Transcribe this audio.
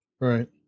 Right